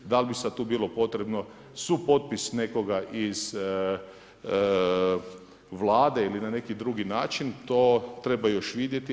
Da li bi sada tu bilo potrebno supotpis nekoga iz Vlade ili na neki drugi način, to treba još vidjeti.